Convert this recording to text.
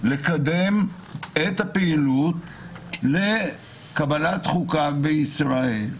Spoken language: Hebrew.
לקדם את הפעילות לקבלת חוקה בישראל.